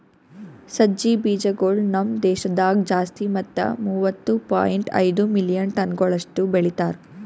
ಸಜ್ಜಿ ಬೀಜಗೊಳ್ ನಮ್ ದೇಶದಾಗ್ ಜಾಸ್ತಿ ಮತ್ತ ಮೂವತ್ತು ಪಾಯಿಂಟ್ ಐದು ಮಿಲಿಯನ್ ಟನಗೊಳಷ್ಟು ಬೆಳಿತಾರ್